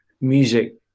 music